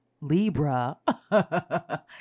Libra